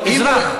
אם הוא אזרח.